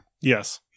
Yes